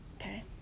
Okay